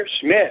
Smith